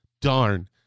Darn